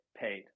paid